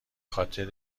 خاطر